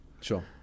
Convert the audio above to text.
sure